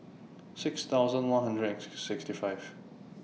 six thousand one hundred and sixty five